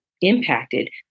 impacted